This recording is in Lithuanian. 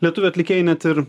lietuvių atlikėjai net ir